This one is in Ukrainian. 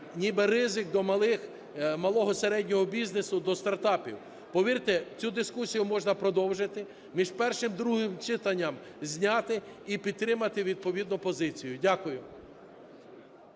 ніби ризик до малого, середнього бізнесу, до стартапів. Повірте, цю дискусію можна продовжити, між першим і другим читанням зняти і підтримати відповідну позицію. Дякую.